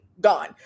gone